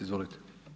Izvolite.